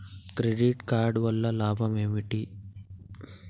Credit card వల్ల లాభం ఏంటి?